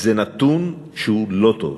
זה נתון לא טוב.